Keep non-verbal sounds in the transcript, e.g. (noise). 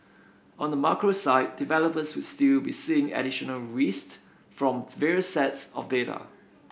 on the macro side developers would still be seeing additional (unintelligible) from various sets of data